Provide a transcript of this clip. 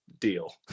Deal